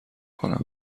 کنم